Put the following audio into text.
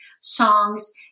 songs